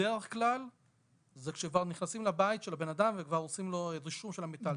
בדרך כלל זה כשכבר נכנסים לבית של בן אדם ועושים לו רישום של המיטלטלין.